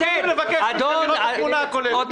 אנחנו יודעים לבקש לראות את התמונה הכוללת.